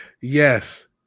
yes